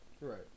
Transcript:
Right